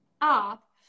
up